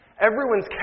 Everyone's